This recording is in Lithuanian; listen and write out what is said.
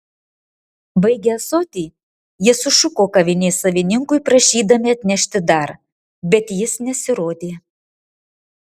baigę ąsotį jie sušuko kavinės savininkui prašydami atnešti dar bet jis nesirodė